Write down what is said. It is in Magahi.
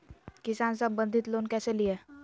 किसान संबंधित लोन कैसै लिये?